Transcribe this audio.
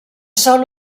sol